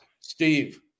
Steve